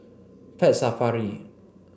Pet Safari